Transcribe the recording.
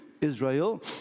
Israel